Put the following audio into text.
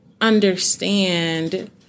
understand